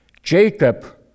Jacob